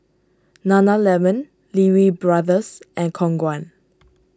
Nana Lemon Lee Wee Brothers and Khong Guan